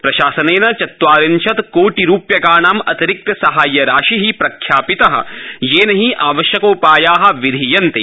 प्रशासनेन चत्वारिंशत कोटिरूप्यकाणां अतिरिक्त साहाय्यराशि प्रख्यापित येन हि आवश्यकोपाया विधीयन्ते